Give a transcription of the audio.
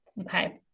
Okay